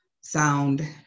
sound